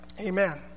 amen